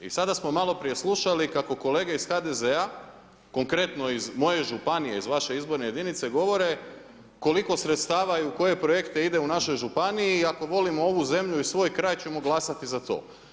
I sada smo maloprije slušali kako kolege iz HDZ-a, konkretno iz moje županije, iz vaše izborne jedinice, govore koliko sredstava i u koje projekte ide u našoj županiji, ako volimo ovu zemlju i svoj kraj, ćemo glasati za to.